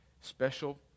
special